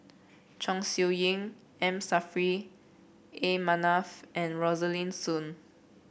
Chong Siew Ying M Saffri A Manaf and Rosaline Soon